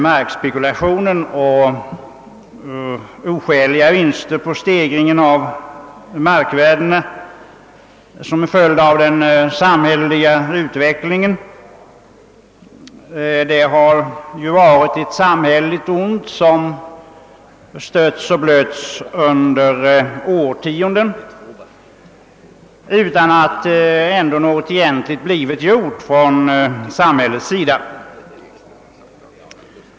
Markspekulationen och oskäliga vinster på stegringen av markvärdena som en följd av den samhälleliga utvecklingen har varit ett samhälleligt ont som stötts och blötts under årtionden utan att ändå något egentligen blivit gjort från samhällets sida.